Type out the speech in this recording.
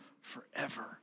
forever